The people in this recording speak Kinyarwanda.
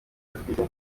batwite